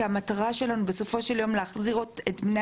כי המטרה שלנו בסופו של יום להחזיר את בני